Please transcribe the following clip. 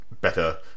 better